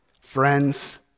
Friends